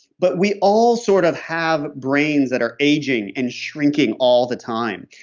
but we all sort of have brains that are aging and shrinking all the time.